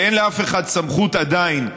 ואין לאף אחד סמכות עדיין להחליט,